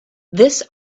this